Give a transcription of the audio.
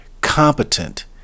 competent